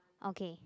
okay